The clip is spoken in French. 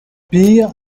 peer